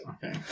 Okay